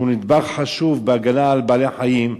שהוא נדבך חשוב בהגנה על בעלי-חיים,